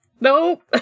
Nope